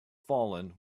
fallen